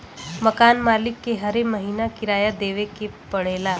मकान मालिक के हरे महीना किराया देवे पड़ऽला